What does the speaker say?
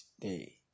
day